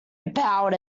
about